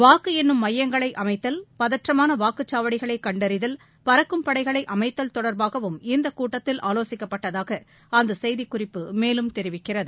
வாக்கு எண்ணும் மையங்களை அமைத்தல் பதற்றமான வாக்குச்சாவடிகளை கண்டறிதல் பறக்கும் படைகளை அமைத்தல் தொடர்பாகவும் இந்தக் கூட்டத்தில் ஆலோசிக்கப்பட்டதாக அந்தக் செய்திக்குறிப்பு மேலும் தெரிவிக்கிறது